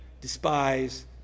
despise